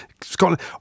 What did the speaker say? Scotland